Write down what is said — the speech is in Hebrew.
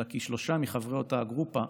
אלא כי שלושה מחברי אותה "גרופה"